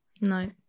No